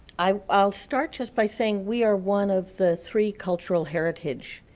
i'll i'll start just by saying we are one of the three cultural heritage